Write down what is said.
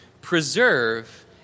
preserve